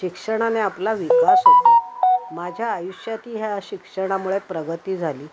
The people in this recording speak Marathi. शिक्षणाने आपला विकास होतो माझ्या आयुष्यात ह्या शिक्षणामुळे प्रगती झाली